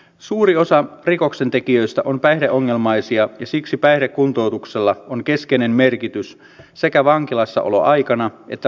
suuri osa rikoksentekijöistä on päihdeongelmaisia ja siksi päihdekuntoutuksella on keskeinen merkitys sekä vankilassaoloaikana että vapautusvaiheessa